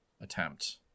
attempt